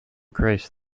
grace